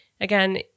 Again